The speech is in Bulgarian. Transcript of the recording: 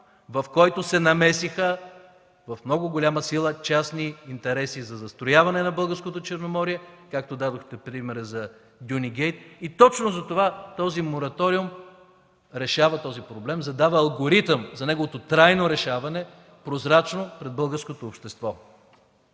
в който се намесиха в много голяма сила частни интереси за застрояване на Българското Черноморие, както дадохте примера за „Дюнигейт”, и точно затова този мораториум решава този проблем, задава алгоритъм за неговото трайно решаване – прозрачно пред българското общество.